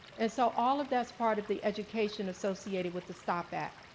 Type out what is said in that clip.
and so all of that is part of the education associated with the stop act.